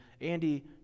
Andy